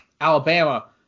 Alabama